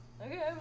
Okay